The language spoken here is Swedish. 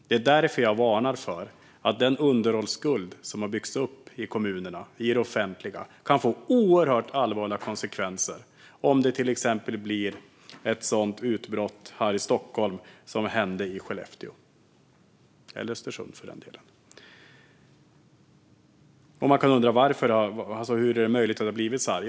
Det är därför jag varnar för att den underhållsskuld som har byggts upp i kommunerna, i det offentliga, kan få oerhört allvarliga konsekvenser, till exempel om det blir ett sådant utbrott här i Stockholm som det blev i Skellefteå eller Östersund. Man kan undra hur det är möjligt att det har blivit så här.